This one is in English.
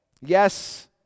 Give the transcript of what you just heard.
Yes